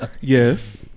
Yes